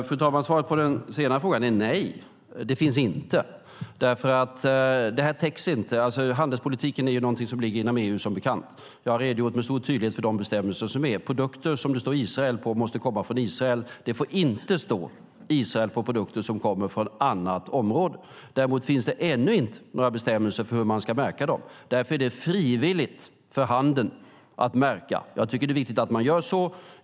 Fru talman! Svaret på den senare frågan är: Nej, det finns inte. Handelspolitiken är någonting som ligger inom EU, som bekant. Jag har redogjort med stor tydlighet för de bestämmelser som finns. Produkter som det står Israel på måste komma från Israel. Det får inte stå Israel på produkter som kommer från annat område. Däremot finns det ännu inte några bestämmelser om hur man ska märka dem. Därför är det frivilligt för handeln att märka. Jag tycker att det är viktigt att man gör så.